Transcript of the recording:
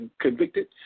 convicted